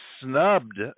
snubbed